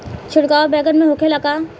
छिड़काव बैगन में होखे ला का?